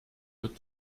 good